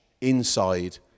inside